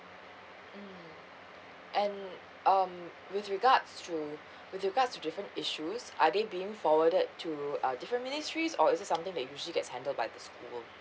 mm and um with regards to you with regards to different issues are they being forwarded to uh different ministries or is it something that usually gets handled by the school